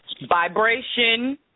Vibration